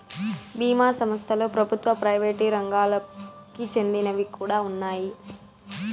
బీమా సంస్థలలో ప్రభుత్వ, ప్రైవేట్ రంగాలకి చెందినవి కూడా ఉన్నాయి